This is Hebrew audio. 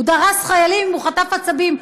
הוא דרס חיילים והוא חטף עצבים.